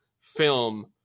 film